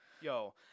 yo